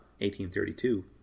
1832